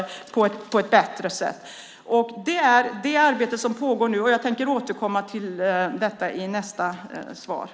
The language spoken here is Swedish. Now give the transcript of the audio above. Det är det arbetet som nu pågår. Jag återkommer till detta i nästa inlägg.